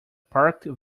parked